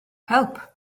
help